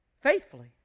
Faithfully